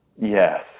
Yes